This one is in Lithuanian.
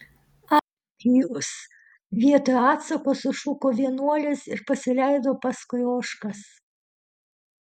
ak jūs vietoj atsako sušuko vienuolis ir pasileido paskui ožkas